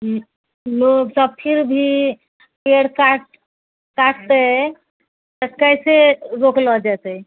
लोकसब फिरभी पेड़ काएट काटतै तऽ कैसे रोकलो जैतै